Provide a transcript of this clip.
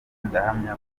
ndahamya